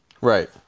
Right